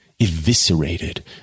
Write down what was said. eviscerated